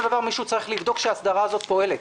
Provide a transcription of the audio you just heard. דבר מישהו צריך לבדוק שההסדרה הזאת פועלת,